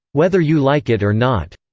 whether you like it or not,